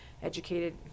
educated